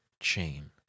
chain